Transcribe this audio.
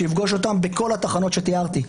שיפגוש אותם בכל התחנות שתיארתי,